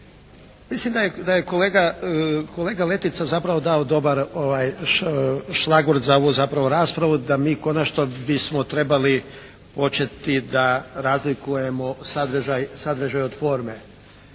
Mislim da je kolega Letica zapravo dao dobar šlagurd za ovu zapravo raspravu da mi konačno bismo trebali početi da razlikujemo sadržaj od forme.